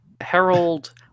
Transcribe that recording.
Harold